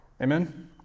Amen